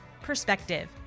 perspective